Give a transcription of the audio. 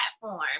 Platform